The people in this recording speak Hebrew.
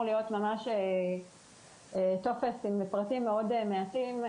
להיות ממש טופס עם פרטים מאוד מעטים,